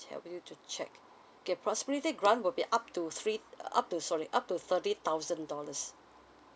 help you to check okay proximity grant will be up to three uh up to sorry up to thirty thousand dollars